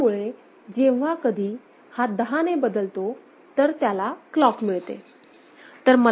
त्यामुळे जेव्हा कधी हा दहाने बदलतो तर त्याला क्लॉक मिळते